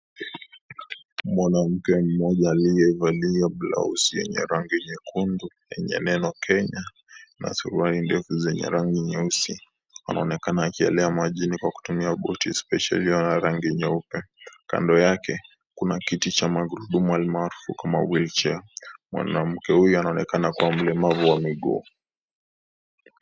Mwanamke mmoja aliyevalia blausi yenye rangi nyekundu yenye neno Kenya na suruali ndefu zenye rangi nyeusi anaonekana akielea majini kwa kutumia boti spesheli ya rangi nyeupe. Kando yake kuna kiti cha magurudumu almaarufu kama wheelchair . Mwanamke huyu anaonekana kuwa mlemavu wa miguu.